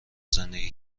زندگی